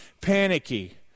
panicky